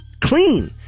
clean